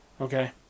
Okay